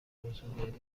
کنسولگری